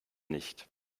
nicht